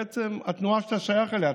בעצם התנועה שאתה שייך אליה,